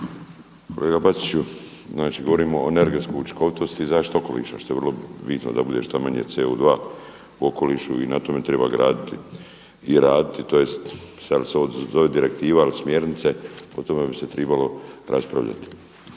Kolega Bačić, znači govorimo o energetskoj učinkovitosti i zaštiti okoliša što je vrlo bitno da bude što manje CO2 u okolišu i na tome treba graditi i raditi, tj. sad se ovo zove direktiva, ali smjernice, o tome bi se trebalo raspravljati.